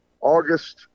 August